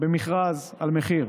במכרז על מחיר.